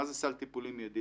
מה זה סל טיפולים מידי?